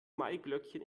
maiglöckchen